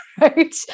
Right